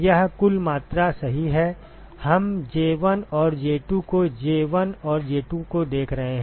यह कुल मात्रा सही है हम J1 और J2 को J1 और J2 को देख रहे हैं